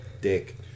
Dick